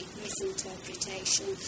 misinterpretation